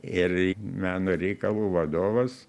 ir meno reikalų vadovas